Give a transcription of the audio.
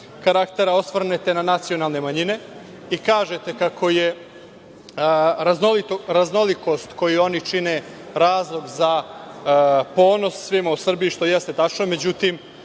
karaktera osvrnete na nacionalne manjine, i kažete kako je raznolikost koju oni čine razlog za ponos svima u Srbiji, što jeste tačno, međutim,